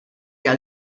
għal